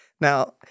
Now